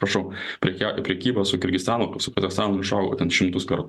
prašau prekiauj prekybą su kirgiztanu kur su pedesanu išaugo ten šimtus kartų